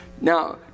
Now